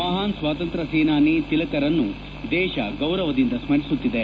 ಮಹಾನ್ ಸ್ವಾತಂತ್ರ್ಯ ಸೇನಾನಿ ತಿಲಕರನ್ನು ದೇಶ ಗೌರವದಿಂದ ಸ್ಕರಿಸುತ್ತಿದೆ